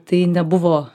tai nebuvo